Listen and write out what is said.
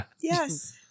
Yes